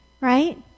Right